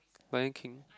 Lion-King